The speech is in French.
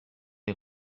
des